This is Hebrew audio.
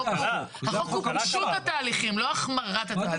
החוק הוא פישוט התהליכים, לא החמרת התהליכים.